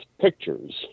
pictures